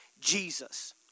Jesus